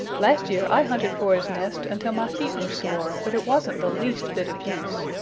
last year i hunted for his nest until my feet were sore, but it wasn't the least bit of use.